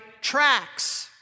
tracks